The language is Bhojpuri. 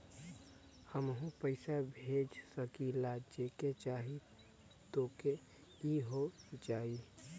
हमहू पैसा भेज सकीला जेके चाही तोके ई हो जाई?